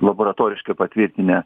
laboratoriškai patvirtinę